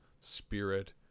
spirit